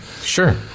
Sure